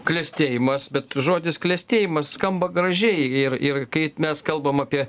klestėjimas bet žodis klestėjimas skamba gražiai ir ir kaip mes kalbam apie